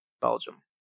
Belgium